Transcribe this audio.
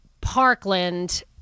parkland